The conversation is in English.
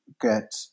get